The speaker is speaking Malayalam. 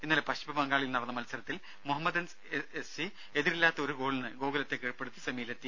ഇന്നലെ പശ്ചിമ ബംഗാളിൽ നടന്ന മത്സരത്തിൽ മുഹമ്മദൻസ് എസ് സി എതിരില്ലാത്ത ഒരു ഗോളിന് ഗോകുലത്തെ കീഴ്പ്പെടുത്തി സെമിയിലെത്തി